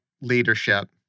leadership